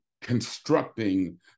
constructing